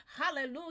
hallelujah